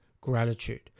gratitude